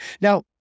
Now